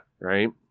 right